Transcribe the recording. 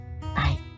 Bye